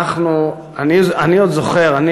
שאני עוד זוכר,